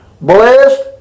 Blessed